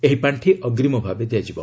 ଏହି ପାର୍ଶି ଅଗ୍ରୀମ ଭାବେ ଦିଆଯିବ